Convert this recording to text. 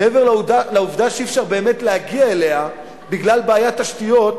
מעבר לעובדה שאי-אפשר להגיע אליה בגלל בעיית תשתיות,